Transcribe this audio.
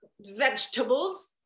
vegetables